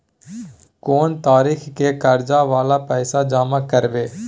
कोन तारीख के कर्जा वाला पैसा जमा करबे?